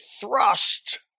thrust